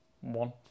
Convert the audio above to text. one